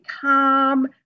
calm